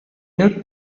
need